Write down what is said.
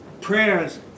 prayers